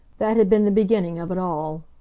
that had been the beginning of it all.